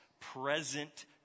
present